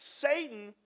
Satan